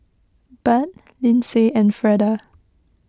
Budd Lynsey and Freda